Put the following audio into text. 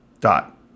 Dot